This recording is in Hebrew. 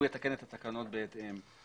הוא יתקן את התקנות בהתאם,